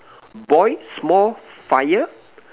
boil small fire